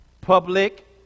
Public